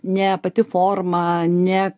ne pati forma ne